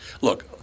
Look